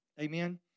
Amen